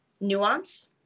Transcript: nuance